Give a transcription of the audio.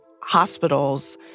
hospitals